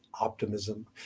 optimism